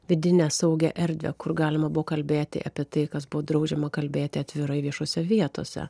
vidinę saugią erdvę kur galima buvo kalbėti apie tai kas buvo draudžiama kalbėti atvirai viešose vietose